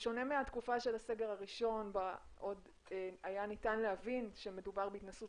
בשונה מתקופת הסגר הראשון שהיה מדובר בהתנסות